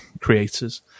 creators